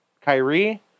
Kyrie